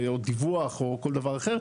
דיווח או כל דבר אחר,